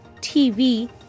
TV